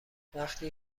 وقتی